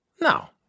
No